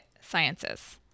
sciences